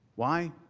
why?